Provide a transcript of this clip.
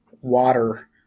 water